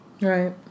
right